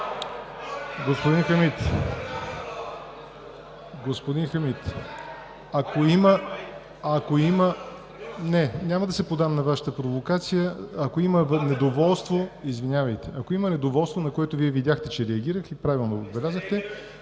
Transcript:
провокация. Ако има недоволство, на което Вие видяхте, че реагирах, и правилно отбелязахте,